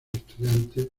estudiantes